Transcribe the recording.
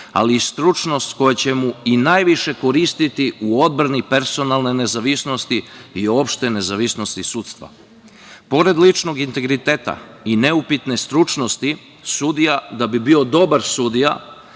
ali i stručnost koja će mu najviše koristiti u odbrani personalne nezavisnosti i opšte nezavisnosti sudstva. Pored ličnog integriteta i neupitne stručnosti sudija da bi bio dobar sudija